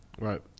Right